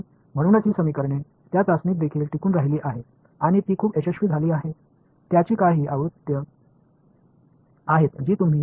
எனவே அதனால்தான் இந்த சமன்பாடுகள் அந்த சோதனைகளிலிருந்து தாண்டி நிலைத்து நிற்கின்றன அவை மிகவும் வெற்றிகரமாக உள்ளன